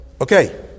okay